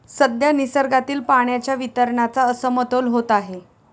सध्या निसर्गातील पाण्याच्या वितरणाचा असमतोल होत आहे